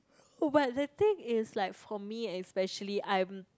but the thing is like for me especially I'm